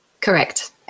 Correct